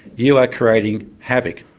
you are creating havoc.